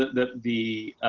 the, the,